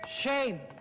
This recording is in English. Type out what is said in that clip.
Shame